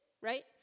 right